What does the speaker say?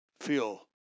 feel